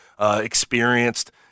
experienced